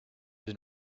been